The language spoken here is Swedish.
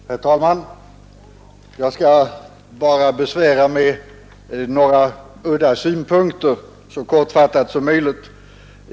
Herr talman! Jag skall bara så kortfattat som möjligt besvära med några udda synpunkter.